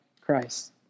Christ